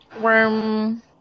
worm